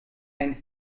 ein